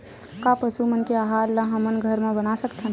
का पशु मन के आहार ला हमन घर मा बना सकथन?